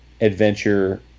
adventure